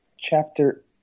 chapter –